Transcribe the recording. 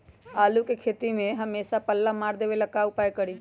आलू के खेती में हमेसा पल्ला मार देवे ला का उपाय करी?